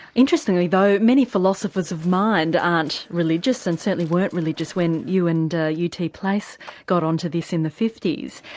interestingly though many philosophers of mind aren't religious and certainly weren't religious when you and u. t. place got onto this in the fifty s.